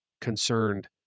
concerned